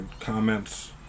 comments